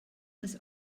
was